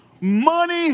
money